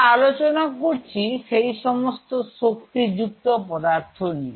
আমরা আলোচনা করছি সেই সমস্ত শক্তি যুক্ত পদার্থ নিয়ে